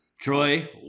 Troy